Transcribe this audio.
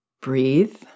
breathe